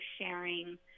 sharing